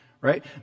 right